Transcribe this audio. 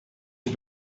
zur